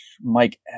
Mike